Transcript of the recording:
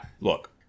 Look